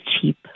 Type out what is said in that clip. cheap